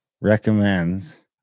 recommends